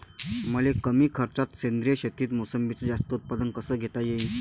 मले कमी खर्चात सेंद्रीय शेतीत मोसंबीचं जास्त उत्पन्न कस घेता येईन?